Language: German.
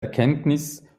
erkenntnis